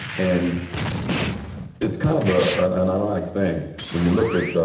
and it's kind of ah an an ironic thing, when you look at